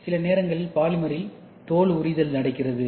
சில நேரங்களில் பாலிமரில் தோல் உரிதல் நடக்கிறது